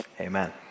amen